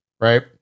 right